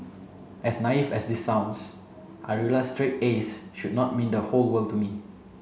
as naive as this sounds I realized straight As should not mean the whole world to me